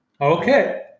Okay